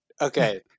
okay